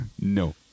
no